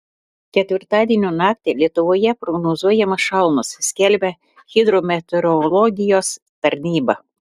ketvirtadienio naktį lietuvoje prognozuojamos šalnos skelbia hidrometeorologijos tarnyba